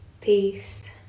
Peace